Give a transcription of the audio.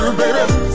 baby